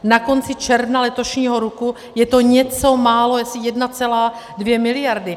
Na konci června letošního roku je to něco málo, jestli 1,2 miliardy.